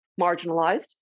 marginalized